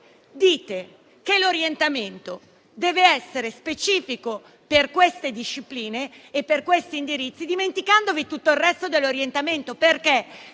dite che l'orientamento deve essere specifico per queste discipline e per questi indirizzi, dimenticandovi tutto il resto dell'orientamento, perché